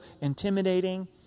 intimidating